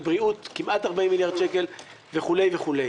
בריאות כמעט 40 מיליארד שקל, וכו'.